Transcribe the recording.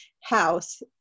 house